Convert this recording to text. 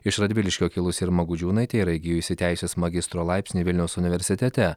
iš radviliškio kilusi irma gudžiūnaitė yra įgijusi teisės magistro laipsnį vilniaus universitete